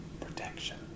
Protection